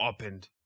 opened